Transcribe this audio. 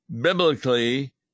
Biblically